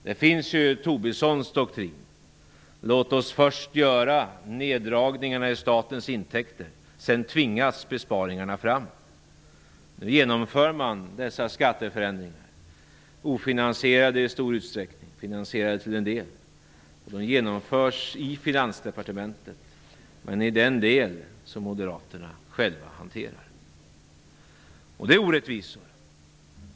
Där finns Tobissons doktrin: Låt oss först göra neddragningarna i statens intäkter, och sedan tvingas besparingarna fram. Nu genomför man dessa skatteförändringar -- ofinansierade i stor utsträckning, finansierade till en del. De genomförs i Finansdepartementet, men i den del som Moderaterna själva hanterar. Det är orättvisor.